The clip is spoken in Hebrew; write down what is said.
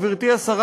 גברתי השרה,